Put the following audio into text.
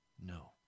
No